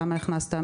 למה הכנסת,